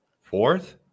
fourth